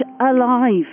alive